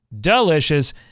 delicious